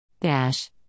dash